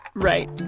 right.